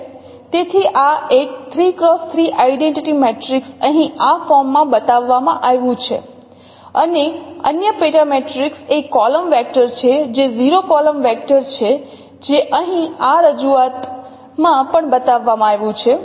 તેથી આ એક 3 X 3 આઇડેન્ટિટી મેટ્રિક્સ અહીં આ ફોર્મમાં બતાવવામાં આવ્યું છે અને અન્ય પેટા મેટ્રિક્સ એ કોલમ વેક્ટર છે જે 0 કોલમ વેક્ટર છે જે અહીં આ રજૂઆતમાં પણ બતાવવામાં આવ્યું છે